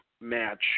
match